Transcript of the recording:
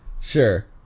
Sure